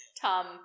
Tom